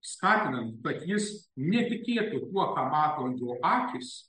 skatinant kad jis netikėtų tuo ką mato jo akys